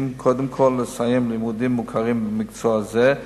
קודם כול לסיים לימודים מוכרים במקצוע זה,